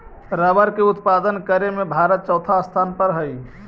rubber के उत्पादन करे में भारत चौथा स्थान पर हई